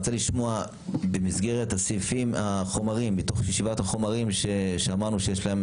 במסגרת שבעת החומרים שאמרנו שיש להם